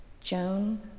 Joan